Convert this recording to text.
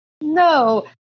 no